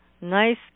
Nice